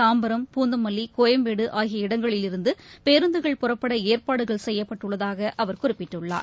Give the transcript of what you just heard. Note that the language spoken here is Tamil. தாம்பரம் பூந்தமல்லி கோயம்பேடு ஆகிய இடங்களில் இருந்துபேருந்துகள் புறப்படஏற்பாடுகள் செய்யப்பட்டுள்ளதாகஅவர் குறிப்பிட்டுள்ளார்